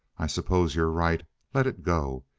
i suppose you're right. let it go.